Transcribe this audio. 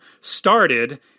started